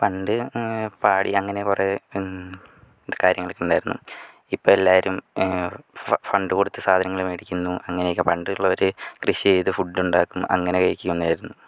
പണ്ട് പാടി അങ്ങനെ കുറെ കാര്യങ്ങളൊക്കെ ഉണ്ടായിരുന്നു ഇപ്പം എല്ലാരും ഫണ്ട് കൊടുത്ത് സാധനങ്ങൾ മേടിക്കുന്നു അങ്ങനെയൊക്കെ പണ്ടുള്ളവര് കൃഷി ചെയ്ത് ഫുഡുണ്ടാക്കും അങ്ങനെ കഴിക്കുന്നായിരുന്നു